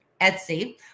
Etsy